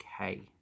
okay